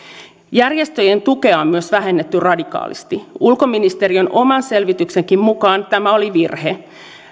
järjestöjen tukea on vähennetty radikaalisti ulkoministeriön omankin selvityksen mukaan tämä oli virhe